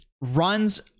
runs